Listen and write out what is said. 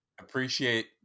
appreciate